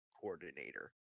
coordinator